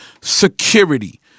security